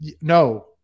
No